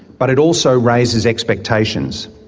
but it also raises expectations.